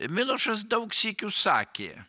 milošas daug sykių sakė